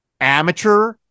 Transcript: amateur